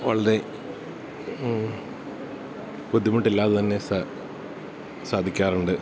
വളരെ ബുദ്ധിമുട്ടില്ലാതെതന്നെ സാധിക്കാറുണ്ട്